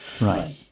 Right